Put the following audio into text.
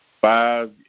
five